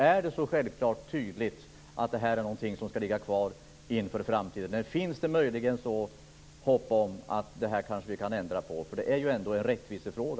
Är detta något som självklart och tydligt skall ligga kvar inför framtiden? Eller finns det möjligen hopp om att vi kanske kan ändra på detta? Det är ju ändå en rättvisefråga.